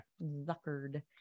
Zuckered